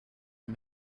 and